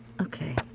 Okay